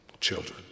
children